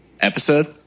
episode